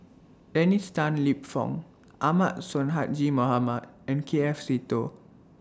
Dennis Tan Lip Fong Ahmad Sonhadji Mohamad and K F Seetoh